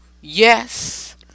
yes